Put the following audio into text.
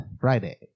Friday